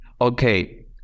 Okay